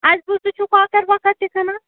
اَسہِ بوٗز تُہۍ چھُو کۄکَر وۄکَر تہِ کٕنان